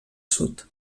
sud